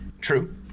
True